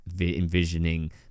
envisioning